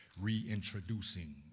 reintroducing